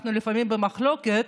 אנחנו לפעמים במחלוקת,